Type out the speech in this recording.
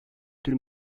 tur